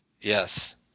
yes